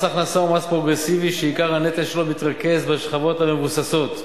מס הכנסה הוא מס פרוגרסיבי שעיקר הנטל שלו מתרכז בשכבות המבוססות.